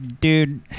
dude